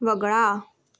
वगळा